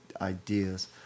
ideas